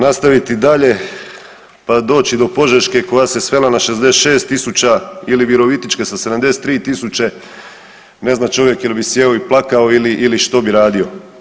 Nastaviti dalje pa doći do Požeške koja se svela na 66 tisuća ili Virovitičke sa 73 tisuće, ne zna čovjek je li bi sjeo i plakao ili što bi radio.